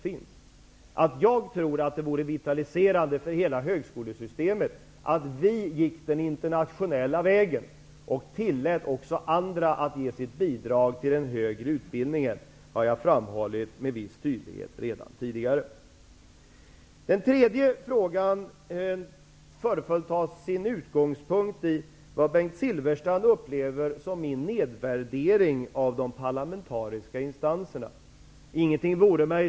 Jag har med viss tydlighet redan tidigare framhållit att jag tror att det vore vitalserande för hela högskolesystemet om vi gick den internationella vägen och tillät också andra att ge sitt bidrag till den högre utbildningen. Den tredje frågan torde ha sin utgångspunkt i vad Bengt Silfverstrand upplever som min nedvärdering av de parlamentariska instanserna.